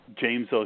James